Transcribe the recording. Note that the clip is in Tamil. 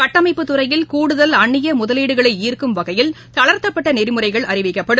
கட்டமைப்பு துறையில் கூடுதல் அந்நிய முதலீடுகளை ஈர்க்கும் வகையில் தளர்த்தப்பட்ட நெறிமுறைகள் அறிவிக்கப்படும்